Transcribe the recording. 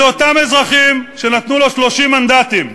אלה אותם אזרחים שנתנו לו 30 מנדטים,